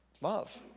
love